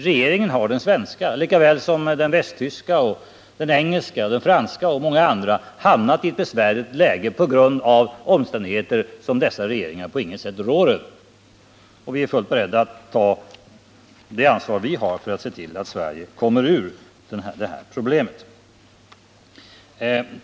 Den svenska regeringen har lika väl som den västtyska, den engelska, den franska och många andra regeringar hamnat i ett besvärligt läge av omständigheter som dessa regeringar på inget sätt råder över. Vi är fullt beredda att ta vårt ansvar för att se till att Sverige kommer ur problemen.